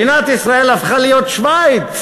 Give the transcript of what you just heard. מדינת ישראל הפכה להיות שווייץ.